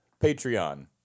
Patreon